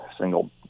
single